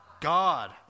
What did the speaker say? God